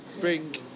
bring